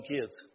kids